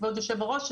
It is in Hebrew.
כבוד היושב-ראש,